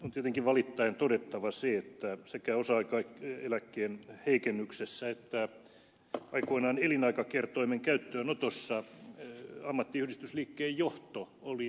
on tietenkin valittaen todettava se että sekä osa aikaeläkkeen heikennyksessä että aikoinaan elinaikakertoimen käyttöönotossa ammattiyhdistysliikkeen johto oli mukana